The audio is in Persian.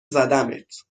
زدمت